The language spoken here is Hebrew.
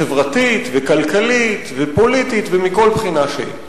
חברתית וכלכלית ופוליטית ומכל בחינה שהיא.